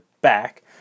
back